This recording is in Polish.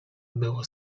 było